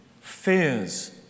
fears